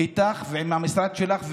איתך ועם המשרד שלך.